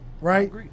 right